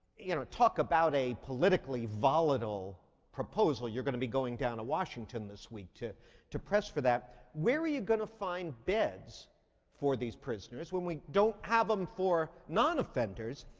you know, talk about a politically volatile proposal. you're going to be going down to washington this week to to press for that. where are you going to find beds for these prisoners when we don't have them for non-offenders?